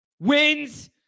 wins